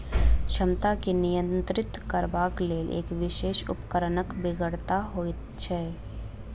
क्षमता के नियंत्रित करबाक लेल एक विशेष उपकरणक बेगरता होइत छै